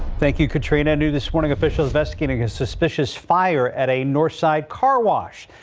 thank you can train a new this morning officials investigating a suspicious fire at a north side car wash.